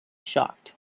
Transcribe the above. shocked